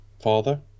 father